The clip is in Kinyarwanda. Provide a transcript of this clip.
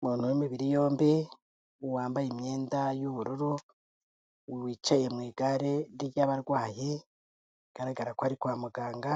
Umuntu w'imibiri yombi, wambaye imyenda y'ubururu, wicaye mu igare ry'abarwayi, bigaragara ko ari kwa muganga,